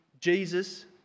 Jesus